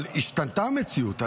אבל השתנתה המציאות,